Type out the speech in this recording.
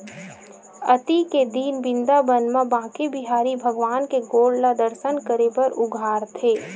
अक्ती के दिन बिंदाबन म बाके बिहारी भगवान के गोड़ ल दरसन करे बर उघारथे